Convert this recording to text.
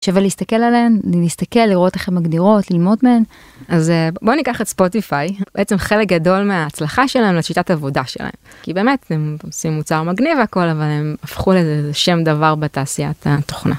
להסתכל עליהם נסתכל לראות איך הם מגדירות ללמוד מהם אז בוא ניקח את ספוטיפיי בעצם חלק גדול מההצלחה שלהם היא שיטת עבודה שלהם כי באמת הם עושים מוצר מגניב הכל אבל הם הפכו לשם דבר בתעשיית התוכנה.